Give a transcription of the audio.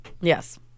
Yes